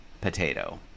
potato